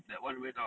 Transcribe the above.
that one where [tau]